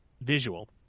visual